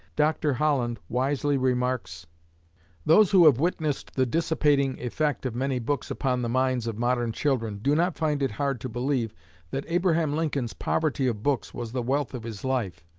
dr. holland wisely remarks those who have witnessed the dissipating effect of many books upon the minds of modern children do not find it hard to believe that abraham lincoln's poverty of books was the wealth of his life.